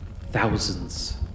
thousands